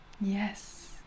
Yes